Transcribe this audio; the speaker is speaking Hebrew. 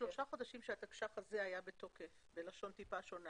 בשלושת החודשים שהתקש"ח הזה היה בתוקף בלשון טיפה שונה